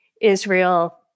Israel